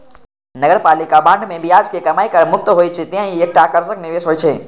नगरपालिका बांड मे ब्याज के कमाइ कर मुक्त होइ छै, तें ई एकटा आकर्षक निवेश होइ छै